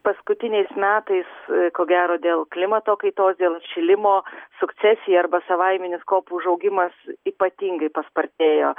paskutiniais metais ko gero dėl klimato kaitos dėl atšilimo sukcesija arba savaiminis kopų užaugimas ypatingai paspartėjo